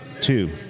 two